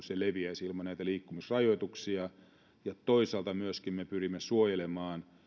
se leviäisi ilman näitä liikkumisrajoituksia ja toisaalta me myöskin pyrimme suojelemaan